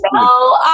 No